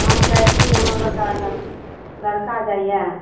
हम जाइत छी हमर बड़का लड़का लड़का जाइए